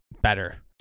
better